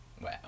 Wow